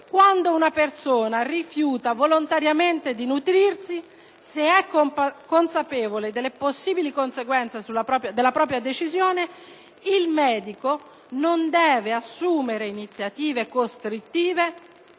«quando una persona rifiuta volontariamente di nutrirsi, (...) se (...) è consapevole delle possibili conseguenze della propria decisione, il medico non deve assumere iniziative costrittive